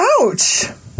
Ouch